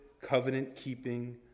covenant-keeping